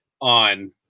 on